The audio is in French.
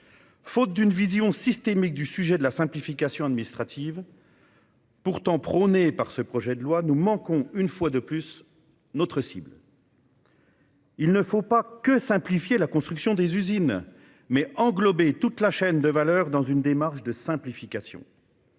Faute d'une vision systémique de la simplification administrative, pourtant prônée par les auteurs de ce projet de loi, nous manquons, une fois de plus, notre cible. Il ne faut pas seulement simplifier la construction des usines, mais englober toute la chaîne de valeur dans une démarche de simplification.